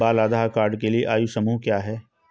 बाल आधार कार्ड के लिए आयु समूह क्या है?